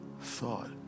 thought